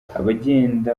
abagenda